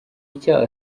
icyaha